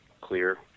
clear